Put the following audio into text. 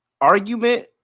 Argument